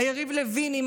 היריב לוינים,